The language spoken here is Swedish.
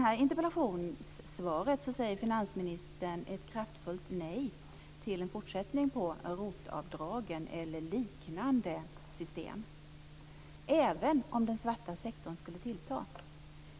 I interpellationssvaret säger finansministern ett kraftfullt nej till en fortsättningen på ROT-avdragen eller liknande system, även om den svarta sektorn skulle tillta.